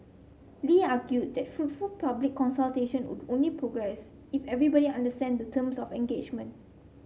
Lee argued that fruitful public consultations would only progress if everybody understands the terms of engagement